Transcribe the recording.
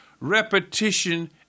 repetition